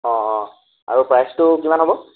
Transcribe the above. অঁ অঁ আৰু প্ৰাইজটো কিমান হ'ব